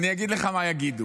אני אגיד לך מה יגידו.